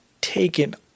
taken